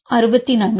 Student 64